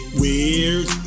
weird